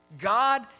God